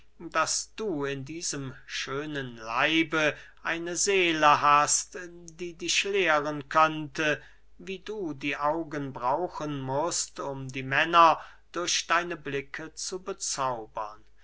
daß du in diesem schönen leibe eine seele hast die dich lehren könnte wie du die augen brauchen mußt um die männer durch deine blicke zu bezaubern